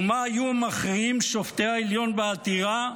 ומה היו מכריעים שופטי העליון בעתירה?